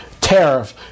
tariff